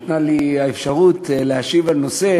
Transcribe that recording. שניתנה לי האפשרות להשיב על נושא